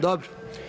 Dobro.